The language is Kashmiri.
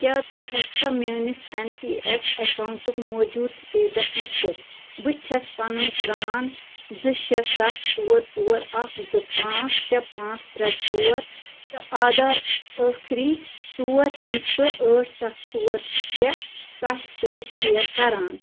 کیٛاہ ژٕ ہؠکھا میٲنس این پی ایس اکاونٹُک موجوٗدٕ سٹیٹس ؤچھتھ بہٕ چھس پنُن پران زٕ شےٚ سَتھ ژور ژور اَکھ زٕ پانٛژھ شےٚ پانٛژھ ترٛےٚ ژور تہٕ آدھار ٲخٕری ژور ہندسہٕ ٲٹھ سَتھ ژور شےٚ تۄہہِ سۭتۍ شیر کران